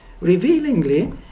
Revealingly